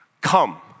come